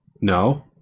No